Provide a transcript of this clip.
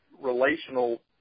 relational